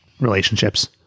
relationships